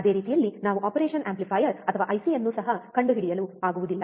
ಅದೇ ರೀತಿಯಲ್ಲಿ ನಾವು ಆಪರೇಷನ್ ಆಂಪ್ಲಿಫಯರ್ ಅಥವಾ ಐಸಿಯನ್ನು ಸಹ ಕಂಡುಹಿಡಿಯಲಾಗುವುದಿಲ್ಲ